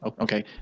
Okay